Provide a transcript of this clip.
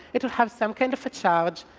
it will have some kind of a charge,